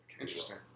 Interesting